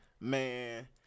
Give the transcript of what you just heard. Man